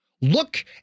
look